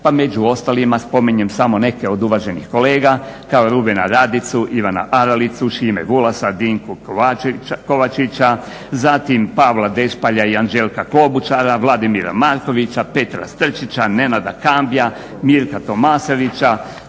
pa među ostalima spominjem samo neke od uvaženih kolega kao Rubena Radivu, Ivana Aralicu, Šime Vulasa, Dinku Kovačića, zatim Pavla Dešpalja i Anđelka Klobučara, Vladimira Markovića, Petra Strčića, Nenada Kambija, Mirka Tomasovića,